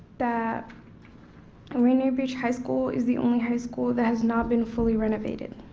that rainier beach high school is the only high school that has not been fully renovated.